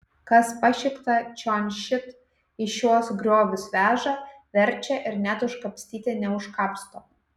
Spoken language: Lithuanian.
kas pašikta čion šit į šiuos griovius veža verčia ir net užkapstyti neužkapsto